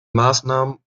maßnahmen